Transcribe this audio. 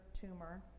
tumor